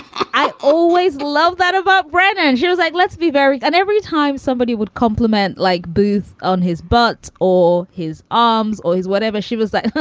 i always love that about bread and shows like let's be very and every time somebody would compliment. like booth on his butt or his arms or his whatever she was like.